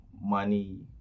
money